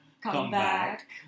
comeback